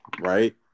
right